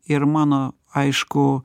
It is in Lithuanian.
ir mano aišku